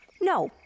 No